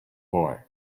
boy